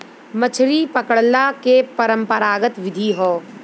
मछरी पकड़ला के परंपरागत विधि हौ